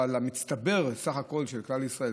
אבל מצטברות בסך הכול לכלל ישראל.